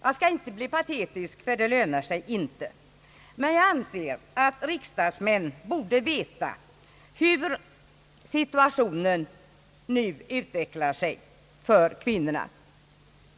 Jag skall inte bli patetisk ty det lönar sig inte. Men jag anser att riksdagsmän borde veta hur situationen nu utvecklar sig för kvinnorna.